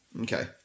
Okay